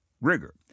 rigor